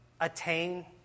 attain